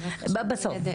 בסוף.